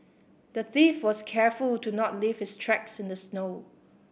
the thief was careful to not leave his tracks in the snow